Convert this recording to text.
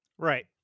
Right